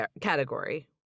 category